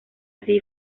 así